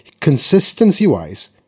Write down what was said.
consistency-wise